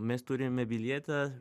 mes turime bilietą